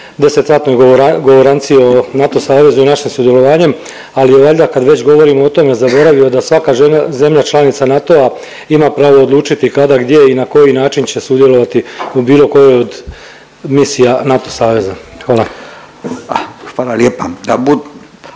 10-satnoj govoranciji o NATO savezu i našem sudjelovanjem, ali je valjda kad već govorimo o tome zaboravio da svaka žem… zemlja članica NATO-a ima pravo odlučiti kada, gdje i na koji način će sudjelovati u bilo kojoj od misija NATO saveza. Hvala. **Radin,